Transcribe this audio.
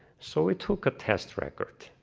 so we took a test record.